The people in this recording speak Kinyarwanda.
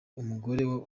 umugore